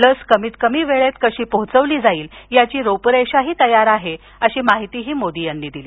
लस कमीतकमी वेळेत कशी पोहोचवली जाईल याची रुपरेषा देखील तयार आहे अशी माहिती त्यांनी दिली